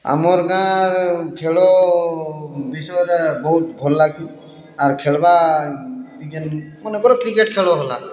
ଆମର୍ ଗାଁ ଖେଳ ବିଷୟରେ ବହୁତ୍ ଭଲ୍ ଲାଗ୍ସି ଆର୍ ଖେଲ୍ବା ଟିକେ ମାନେ କର କ୍ରିକେଟ୍ ଖେଳ ହେଲା